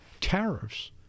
tariffs